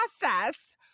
process